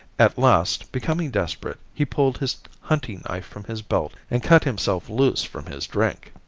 at last becoming desperate, he pulled his hunting knife from his belt and cut himself loose from his drink.